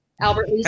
Albert